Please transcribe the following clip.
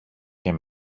και